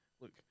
look